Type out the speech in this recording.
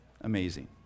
Amazing